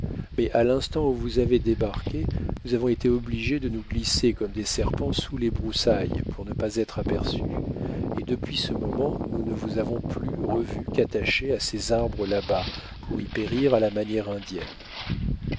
mais à l'instant où vous avez débarqué nous avons été obligés de nous glisser comme des serpents sous les broussailles pour ne pas être aperçus et depuis ce moment nous ne vous avons plus revus qu'attachés à ces arbres là-bas pour y périr à la manière indienne